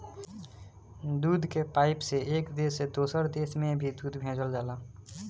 दूध के पाइप से एक देश से दोसर देश में भी दूध भेजल जाला